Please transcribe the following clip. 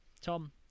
Tom